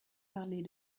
parler